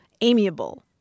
Amiable